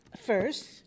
first